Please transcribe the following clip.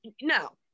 No